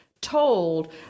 told